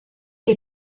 die